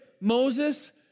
Moses